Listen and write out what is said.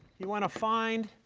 you want to find